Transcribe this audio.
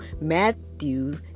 matthew